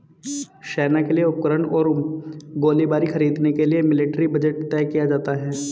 सेना के लिए उपकरण और गोलीबारी खरीदने के लिए मिलिट्री बजट तय किया जाता है